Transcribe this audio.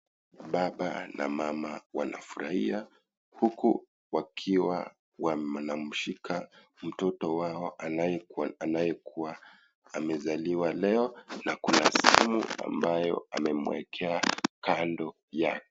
Baba na mama wanafurahia huku wakiwa wanamshika mtoto wao anayekuwa amezaliwa leo na kuna simu ambayo amemuekea kando yake.